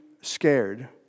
scared